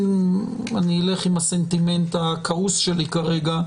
אם אני אלך עם הסנטימנט הכעוס שלי כרגע,